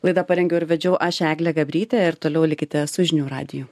laidą parengiau ir vedžiau aš eglė gabrytė ir toliau likite su žinių radiju